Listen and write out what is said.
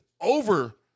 over